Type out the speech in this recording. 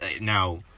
Now